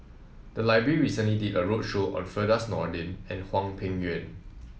the library recently did a roadshow on Firdaus Nordin and Hwang Peng Yuan